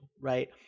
right